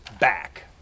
back